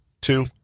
Two